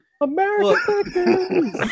American